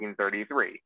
1933